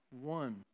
one